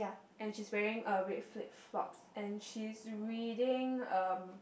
and she is wearing a red flip flops and she is reading a